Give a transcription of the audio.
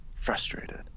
frustrated